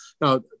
Now